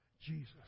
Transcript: Jesus